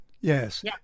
yes